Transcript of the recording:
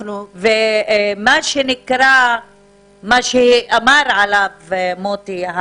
מה שאמר עליו מוטי,